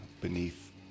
beneath